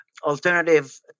alternative